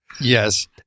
yes